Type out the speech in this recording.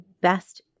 best